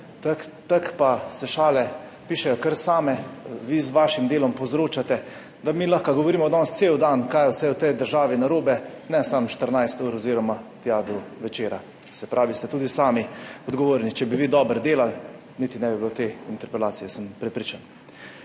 Tako pa se šale pišejo kar same. Vi z vašim delom povzročate, da mi lahko govorimo danes cel dan, kaj vse je v tej državi narobe, ne samo 14 ur oziroma tja do večera. Se pravi, ste tudi sami odgovorni, če bi vi dobro delali, niti ne bi bilo te interpelacije, sem prepričan.